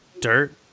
dirt